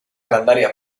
grandària